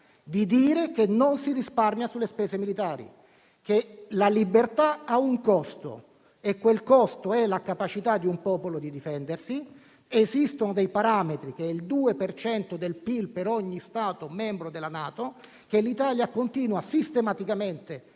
di dire che non si risparmia sulle spese militari, che la libertà ha un costo e quel costo è la capacità di un popolo di difendersi. Esiste il parametro del 2 per cento del PIL per ogni Stato membro della NATO, che l'Italia continua sistematicamente